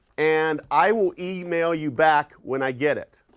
and i will email you back when i get it.